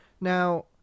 Now